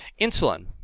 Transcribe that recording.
Insulin